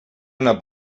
una